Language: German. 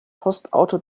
postauto